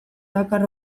dakar